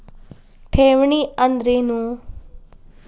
ಠೇವಣಿ ಅಂದ್ರೇನು?